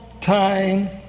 time